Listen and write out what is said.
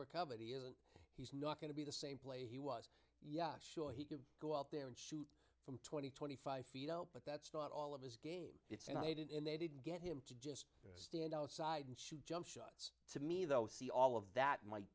recovered he is and he's not going to be the same player he was yeah sure he could go out there and from twenty twenty five feet up but that's not all of his game it's an eight and they didn't get him to just stand outside and shoot jump shots to me though see all of that might